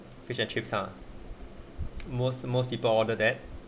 fish and chips ah most most people order that